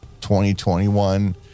2021